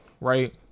right